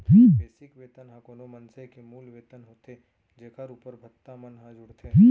basic वेतन ह कोनो मनसे के मूल वेतन होथे जेखर उप्पर भत्ता मन ह जुड़थे